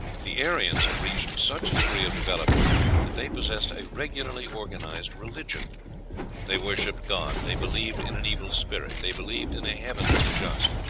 the aryans had reached such a degree of development that they possessed a regularly organized religion they worshipped god, they believed in an evil spirit, they believed in a heaven for the just.